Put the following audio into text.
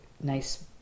nice